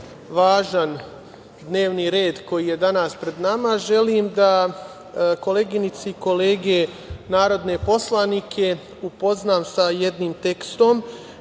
važan dnevni red koji je danas pred nama, želim da koleginice i kolege narodne poslanike upoznam sa jednim tekstom